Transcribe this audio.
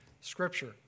scripture